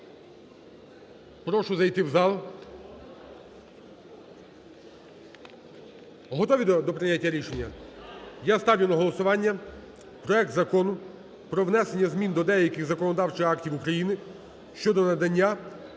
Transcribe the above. Прошу зайти в зал. Готові до прийняття рішення? Я ставлю на голосування проект Закону про внесення змін до деяких законодавчих актів України щодо надання